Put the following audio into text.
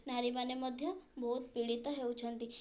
ନାରୀମାନେ ମଧ୍ୟ ବହୁତ ପୀଡ଼ିତ ହେଉଛନ୍ତି